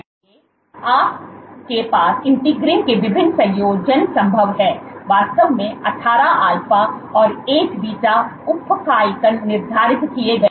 इसलिए आपके पास इंटीग्रीन के विभिन्न संयोजन संभव हैं वास्तव में 18 अल्फा और 8 बीटा उपइकाइकन निर्धारित किए गए हैं